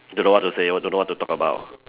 don't know what to say or don't know what to talk about